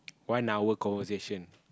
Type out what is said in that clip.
one hour conversation